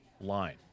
line